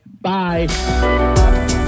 bye